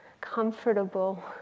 comfortable